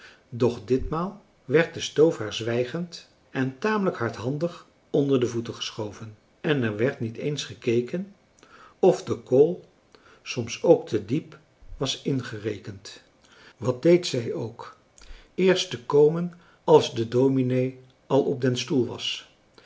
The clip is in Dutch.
doch ditmaal werd de stoof haar zwijgend en tamelijk hardhandig onder de voeten geschoven en er werd niet eens gekeken of de kool soms ook te diep was ingerekend wat deed zij ook eerst te komen als de dominee al op den stoel was